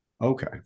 okay